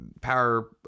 Power